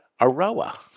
Aroa